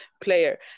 player